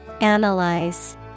Analyze